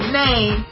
name